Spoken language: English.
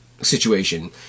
situation